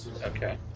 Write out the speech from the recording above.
Okay